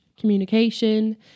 communication